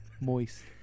Moist